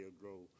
grow